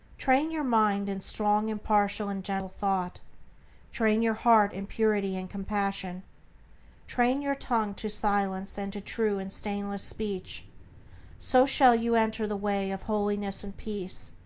train your mind in strong, impartial, and gentle thought train your heart in purity and compassion train your tongue to silence and to true and stainless speech so shall you enter the way of holiness and peace,